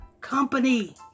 company